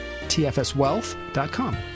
tfswealth.com